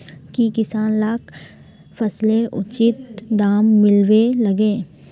की किसान लाक फसलेर उचित दाम मिलबे लगे?